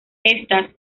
estas